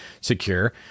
secure